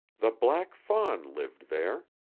the black fawn lived there.